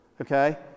Okay